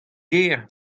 gêr